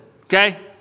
Okay